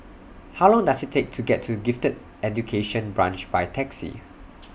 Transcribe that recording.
How Long Does IT Take to get to Gifted Education Branch By Taxi